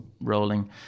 rolling